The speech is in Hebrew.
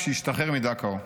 כשהשתחרר מדכאו.